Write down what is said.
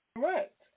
correct